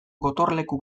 gotorleku